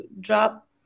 drop